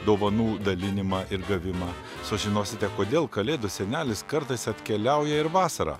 dovanų dalinimą ir gavimą sužinosite kodėl kalėdų senelis kartais atkeliauja ir vasarą